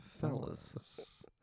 fellas